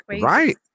right